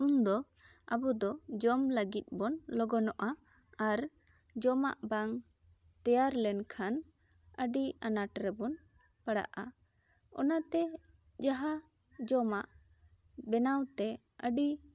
ᱩᱱ ᱫᱚ ᱟᱵᱚ ᱫᱚ ᱡᱚᱢ ᱞᱟᱹᱜᱤᱫ ᱵᱚᱱ ᱞᱚᱜᱚᱱᱚᱜ ᱟ ᱟᱨ ᱡᱚᱢᱟᱜ ᱵᱟᱝ ᱛᱮᱭᱟᱨ ᱞᱮᱱ ᱠᱷᱟᱱ ᱟᱹᱰᱤ ᱟᱱᱟᱴ ᱨᱮᱵᱚᱱ ᱯᱟᱲᱟᱜ ᱟ ᱚᱱᱟᱛᱮ ᱡᱟᱦᱟᱸ ᱡᱚᱢᱟᱜ ᱵᱮᱱᱟᱣ ᱛᱮ ᱟᱹᱰᱤ